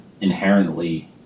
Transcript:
inherently